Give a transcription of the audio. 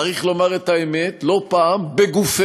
צריך לומר את האמת: לא פעם בגופנו,